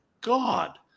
God